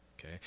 okay